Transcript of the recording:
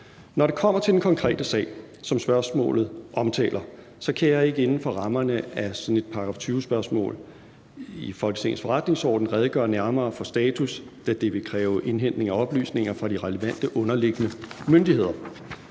Når det kommer til den konkrete sag, som spørgsmålet omhandler, så kan jeg ikke inden for rammerne af sådan et § 20-spørgsmål, jævnfør Folketingets forretningsorden, redegøre nærmere for status, da det vil kræve indhentning af oplysninger fra de relevante underliggende myndigheder.